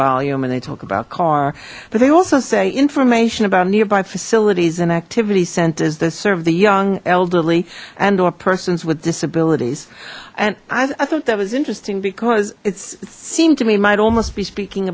volume and they talk about car but they also say information about nearby facilities and activity centers that serve the young elderly and or persons with disabilities and i thought that was interesting because it's seem to me might almost be speaking